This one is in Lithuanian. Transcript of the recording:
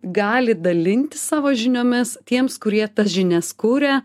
gali dalintis savo žiniomis tiems kurie tas žinias kuria